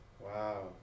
Wow